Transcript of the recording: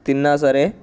తిన్నా సరే